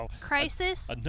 Crisis